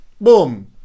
boom